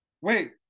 wait